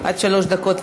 עד שלוש דקות.